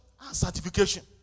Certification